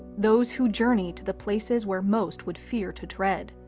those who journey to the places where most would fear to tread.